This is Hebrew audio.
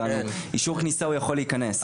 אישור כניסה הוא יכול להיכנס.